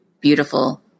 beautiful